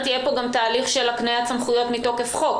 כאן גם תהליך של הקניית סמכויות מתוקף חוק,